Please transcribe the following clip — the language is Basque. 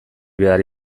behar